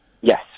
Yes